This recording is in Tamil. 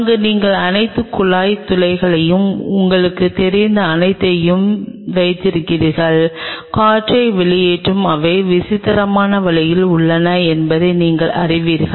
அங்கு நீங்கள் அனைத்து குழாய் துளைகளையும் உங்களுக்குத் தெரிந்த அனைத்தையும் வைக்கிறீர்கள் காற்றை வெளியேற்று அவை விசித்திரமான வழியில் உள்ளன என்பதை நீங்கள் அறிவீர்கள்